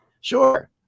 Sure